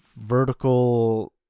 vertical